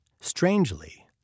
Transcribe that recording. strangely